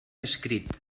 escrit